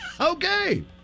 Okay